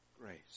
grace